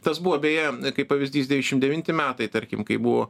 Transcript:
tas buvo beje kaip pavyzdys devyniasdešimt devinti metai tarkim kai buvo